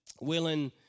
willing